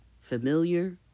Familiar